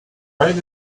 right